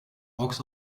box